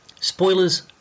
Spoilers